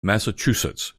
massachusetts